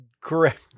correct